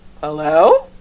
Hello